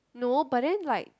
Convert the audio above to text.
no but then like